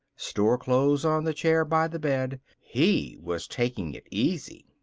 store clothes on the chair by the bed. he was taking it easy.